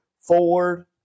forward